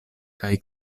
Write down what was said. kaj